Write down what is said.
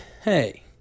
Hey